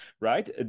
right